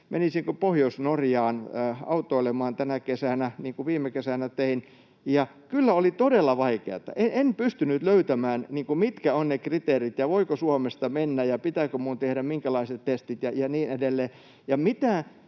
menisikö Pohjois-Norjaan autoilemaan tänä kesänä, niin kuin viime kesänä tein, ja kyllä oli todella vaikeata. En pystynyt löytämään, mitkä ovat ne kriteerit ja voiko Suomesta mennä ja pitääkö minun tehdä minkälaiset testit ja niin edelleen.